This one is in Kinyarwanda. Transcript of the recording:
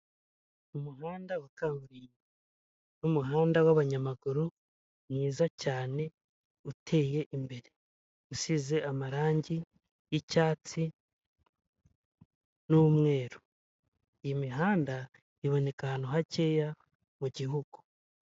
Umuhanda wa kaburimbo n'umuhanda w'abanyamaguru mwiza cyane uteye imbere usize amarangi y'icyatsi n'umweru. Iyi mihanda iboneka ahantu hakeya mu gihugu.